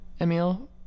Emil